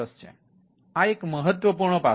તેથી આ એક મહત્વપૂર્ણ પાસું છે